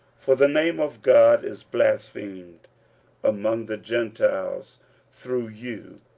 for the name of god is blasphemed among the gentiles through you,